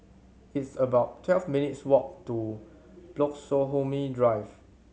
it's about twelve minutes' walk to Bloxhome Drive